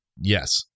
yes